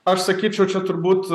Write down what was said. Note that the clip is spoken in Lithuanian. aš sakyčiau čia turbūt